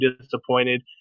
disappointed